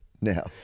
Now